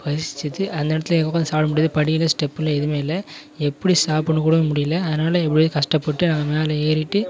பசிச்சித்து அந்த இடத்துலயே உட்காந்து சாப்பிடமுடியாது படி இல்லை ஸ்டெப் இல்லை எதுவுமே இல்லை எப்படி சாப்பிடணும்னு கூட முடியலை அதனால் எப்படியோ கஷ்டப்பட்டு அது மேலே ஏறிவிட்டு